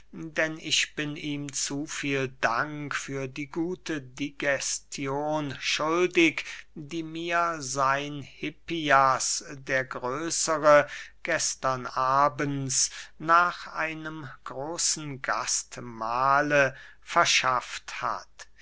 denn ich bin ihm zu viel dank für die gute digestion schuldig die mir sein hippias der größere gestern abends nach einem großen gastmahle verschafft hat